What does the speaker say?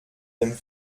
dem